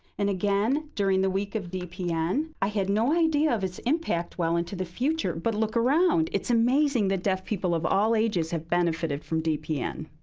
and again, during the week of dpn, i had no idea of its impact well into the future, but look around. it's amazing that deaf people of all ages have benefited from dpn.